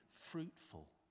fruitful